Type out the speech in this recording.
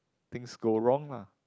things go wrong lah